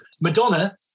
Madonna